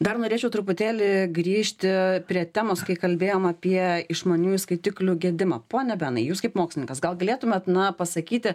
dar norėčiau truputėlį grįžti prie temos kai kalbėjom apie išmaniųjų skaitiklių gedimą pone benai jūs kaip mokslininkas gal galėtumėt na pasakyti